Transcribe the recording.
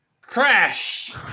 Crash